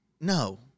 No